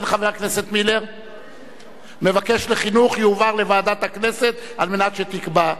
לדיון מוקדם בוועדה שתקבע ועדת הכנסת נתקבלה.